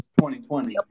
2020